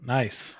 nice